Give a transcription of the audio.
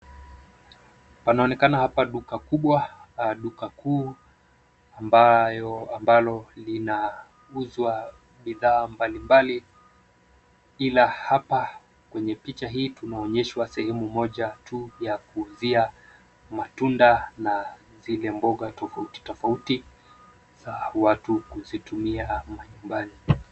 Panaonekana hapa duka kubwa, duka kuu ambayo, ambalo linauzwa bidhaa mbalimbali, ila hapa kwenye picha hii, tunaonyeshwa sehemu moja tu ya kuuzia matunda na zile mboga tofauti tofauti, za watu kuzitumia manyumbani.